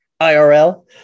irl